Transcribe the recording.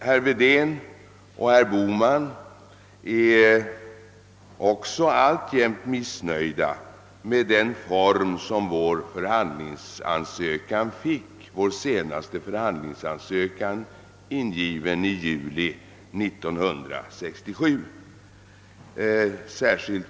Herr Wedén och herr Bohman är sålunda alltjämt missnöjda med formen på vår senaste förhandlingsansökan, in Stven till EEC i juli 1967.